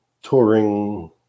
touring